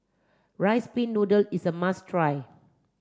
rice pin noodle is a must try